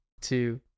two